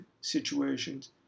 situations